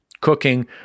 cooking